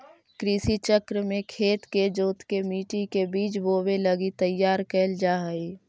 कृषि चक्र में खेत के जोतके मट्टी के बीज बोवे लगी तैयार कैल जा हइ